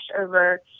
over